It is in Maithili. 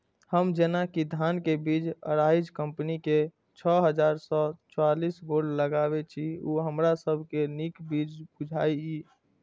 हम जेना कि धान के बीज अराइज कम्पनी के छः हजार चार सौ चव्वालीस गोल्ड लगाबे छीय उ हमरा सब के नीक बीज बुझाय इय?